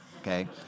Okay